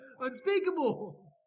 unspeakable